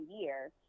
year